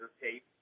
tape